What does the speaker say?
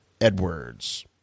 Edwards